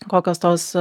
kokios tos